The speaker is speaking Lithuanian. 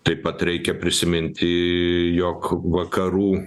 taip pat reikia prisiminti jog vakarų